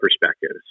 perspectives